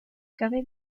cabe